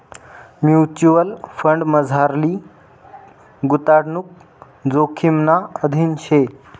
mutual फंडमझारली गुताडणूक जोखिमना अधीन शे